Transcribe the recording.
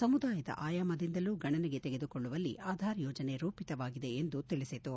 ಸಮುದಾಯದ ಆಯಾಮದಿಂದಲೂ ಗಣನೆಗೆ ತೆಗೆದುಕೊಳ್ಳುವಲ್ಲಿ ಆಧಾರ್ ಯೋಜನೆ ರೂಪಿತವಾಗಿದೆ ಎಂದು ತಿಳಿಸಿತು